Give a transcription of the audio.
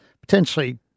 potentially